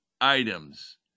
items